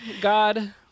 God